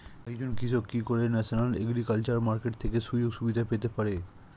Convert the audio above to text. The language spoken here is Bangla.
একজন কৃষক কি করে ন্যাশনাল এগ্রিকালচার মার্কেট থেকে সুযোগ সুবিধা পেতে পারে?